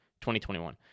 2021